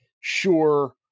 sure